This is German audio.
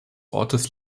ortes